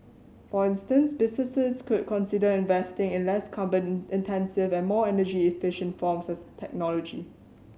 for instance businesses could consider investing in less carbon intensive and more energy efficient forms of technology